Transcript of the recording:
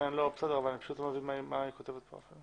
אני כתבתי בצ'ט כדי